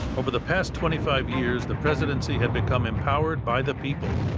over the past twenty five years, the presidency had become empowered by the people,